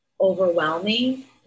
overwhelming